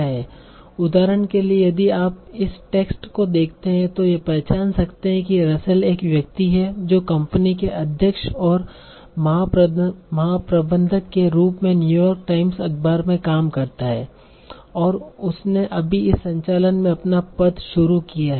उदाहरण के लिए यदि आप इस टेक्स्ट को देखते हैं तो यह पहचान सकते हैं कि रसेल एक व्यक्ति है जो कंपनी के अध्यक्ष और महाप्रबंधक के रूप में न्यूयॉर्क टाइम्स अखबार में काम करता है और उसने अभी इस संचलन में अपना पद शुरू किया है